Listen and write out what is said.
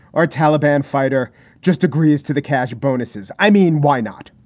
our taliban fighter just agrees to the cash bonuses. i mean, why not?